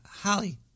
Holly